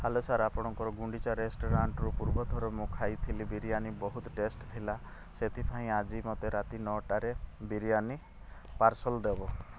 hello sir ଆପଣଙ୍କର ଗୁଣ୍ଡିଚା ରେଷ୍ଟୁରାଣ୍ଟରୁ ପୂର୍ବ ଥର ମୁଁ ଖାଇଥିଲି ବିରିଆନୀ ବହୁତ ଟେଷ୍ଟ ଥିଲା ସେଥିପାଇଁ ଆଜି ମୋତେ ରାତି ନଅଟାରେ ବିରିଆନୀ ପାର୍ସଲ୍ ଦେବ